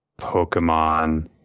Pokemon